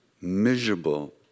miserable